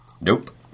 Nope